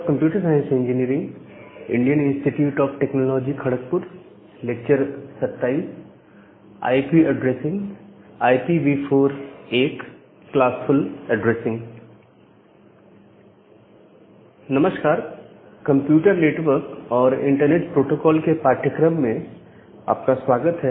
computer network और internet protocol के पाठ्यक्रम में आपका स्वागत है